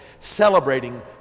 celebrating